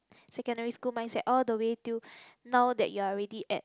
secondary school mindset all the way till now that you already at